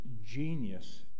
genius